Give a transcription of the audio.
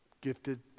gifted